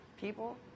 people